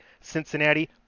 Cincinnati